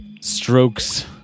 strokes